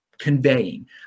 conveying